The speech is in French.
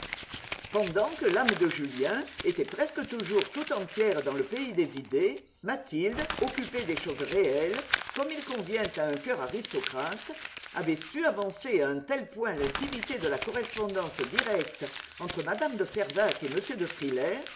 pendant que l'âme de julien était presque toujours tout entière dans le pays des idées mathilde occupée des choses réelles comme il convient à un coeur aristocrate avait su avancer à un tel point l'intimité de la correspondance directe entre mme de fervaques et m de frilair